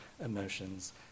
emotions